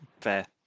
fair